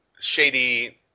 shady